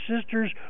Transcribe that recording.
sisters